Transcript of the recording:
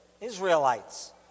Israelites